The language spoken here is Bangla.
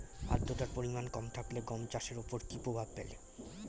আদ্রতার পরিমাণ কম থাকলে গম চাষের ওপর কী প্রভাব ফেলে?